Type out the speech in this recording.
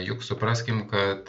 juk supraskim kad